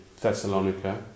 Thessalonica